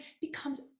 becomes